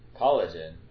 Collagen